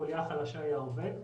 החוליה החלשה היא העובד.